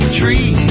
tree